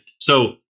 So-